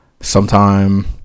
sometime